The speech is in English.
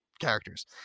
characters